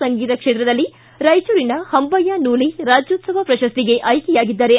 ಸಂಗೀತ ಕ್ಷೇತ್ರದಲ್ಲಿ ರಾಯಚೂರಿನ ಹಂಬಯ್ಯ ನೂಲಿ ರಾಜ್ಣೋತ್ಸವ ಪ್ರಶಸ್ತಿಗೆ ಆಯ್ಕೆಯಾಗಿದ್ದಾರೆ